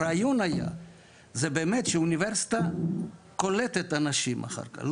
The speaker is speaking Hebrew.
הרעיון היה שהאוניברסיטה קולטת אנשים אחר כך,